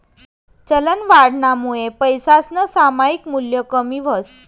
चलनवाढनामुये पैसासनं सामायिक मूल्य कमी व्हस